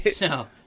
No